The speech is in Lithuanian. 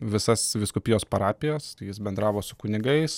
visas vyskupijos parapijas tai jis bendravo su kunigais